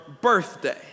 birthday